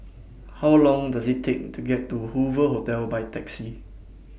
How Long Does IT Take to get to Hoover Hotel By Taxi